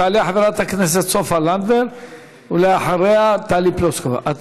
תעלה חברת הכנסת סופה לנדבר, ואחריה, טלי פלוסקוב.